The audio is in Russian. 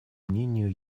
мнению